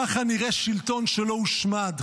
ככה נראה שלטון שלא הושמד.